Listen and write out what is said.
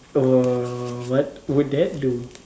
err what would that do